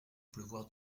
pleuvoir